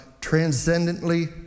transcendently